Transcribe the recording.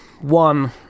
one